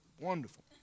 Wonderful